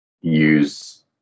use